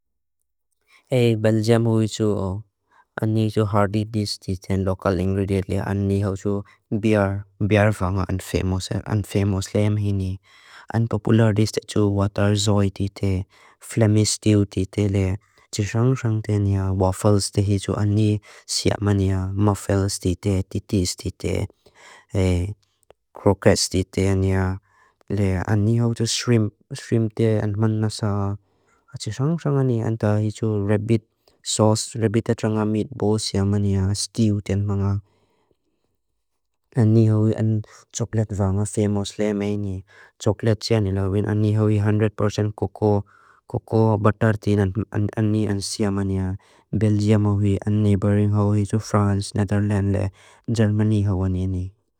Belgem hui tsu o. Ani tsu hardy dis titen lokal ingredient lia. Ani hau tsu beer. Beer vanga an famous. An famous liam hini. An popular dis tetu waterzoid tite. Flammy stew tite lia. Tis rang rang tenia waffles tihitu. Ani siap mania. Muffins tite. Titis tite. Croquettes tite ania. Lia. Ani hau tsu shrimp. Shrimp tia and manna sa. Tis rang rang ania anta hitu rabbit sauce. Rabbit te tranga meatball siap mania. Stew tian manga. Ani hau an chocolate vanga famous liam hini. Chocolate tia nila win. Ani hau hi 100% cocoa. Cocoa butter tin. Ani an siap mania. Belgem hau hi. An neighboring hau hitu France, Netherlands le Germany hau ania ni.